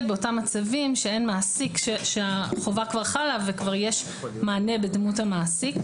באותם מצבים שאין מעסיק שהחובה כבר חלה וכבר יש מענה בדמות המעסיק,